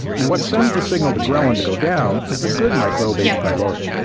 and what sends the signal to ghrelin to go down is the good microbe h. pylori.